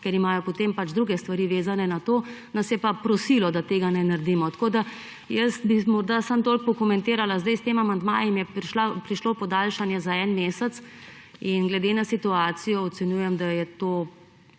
ker imajo potem druge stvari, vezane na to, nas je pa prosilo, da tega ne naredimo. Jaz bi morda samo toliko pokomentirala, sedaj s tem amandmajem je prišlo podaljšanje za en mesec in glede na situacijo ocenjujem, da je to